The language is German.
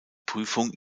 prüfung